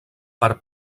per